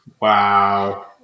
Wow